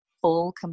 full